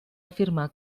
afirmar